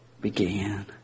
began